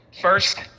First